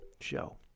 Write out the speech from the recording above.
show